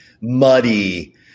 muddy